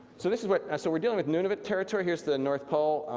so this is what, so we're dealing with nunavut territory, here's the north pole,